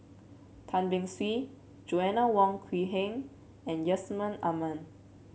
Tan Beng Swee Joanna Wong Quee Heng and Yusman Aman